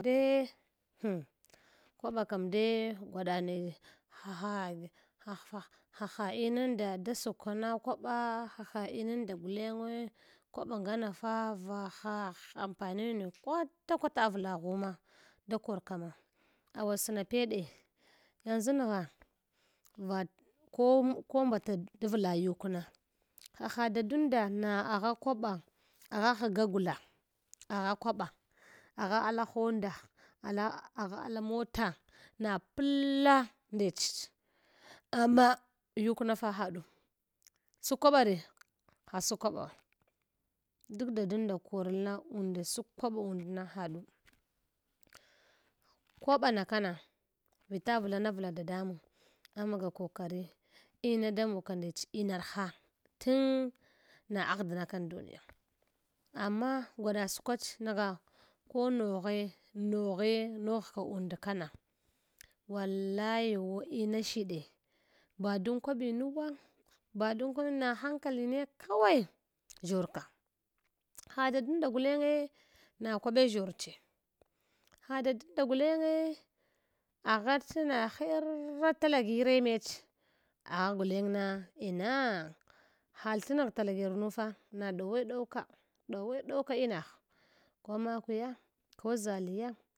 De kwaba ka dui gwaɗa naya ha hage haf huh ha ha inu nda da sakw kana kwaɓa haha inada gulenge kwaba ngama fa va haha ampaniyunda kwata kwata avlaghuma da kor kama awasna peɗe yanʒu ngha vaɗko ko mbata dawla yukna haha dadunda na agha kwabe agha ghgha gula, agha kwaɓa, agha ala handa, ala agha ala mota, na pla nechech ama yuknafa kaɗu sakw kwaɓare ha sakw kwaɓaw duk dadunda korlna unda sakw kwaɓo unda na haɗu kwabana kana vita vlanavla dadamang amaga kokari ina da mogka ndech inarha td na aghdnakan duniya amma gwada sakwach nagha ko noghe noghe noghka und kana wallai yu una shiɗe ba dun kwabinuwa ba dun kwa na hankalin ne kawai ʒshorka ha dadunda gulenge na kwaɓe ʒshorche ha dadunda gulenge aghats na hera talajire nech agha guleng na in halthnagh talagirnu fa na ɗowe ɗow ka ɗowe ɗowka inagh ko makwaya ko ʒaliya.